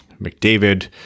McDavid